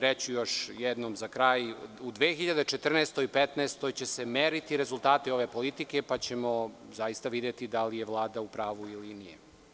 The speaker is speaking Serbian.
Reći ću još jednom za kraj, u 2014. i 2015. godini će se meriti rezultati ove politike pa ćemo zaista videti da li je Vlada upravu ili ne.